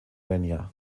venha